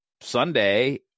Sunday